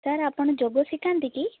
sir ଆପଣ ଯୋଗ ଶିଖାନ୍ତି କି